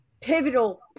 pivotal